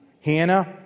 Hannah